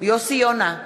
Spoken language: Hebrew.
יוסי יונה,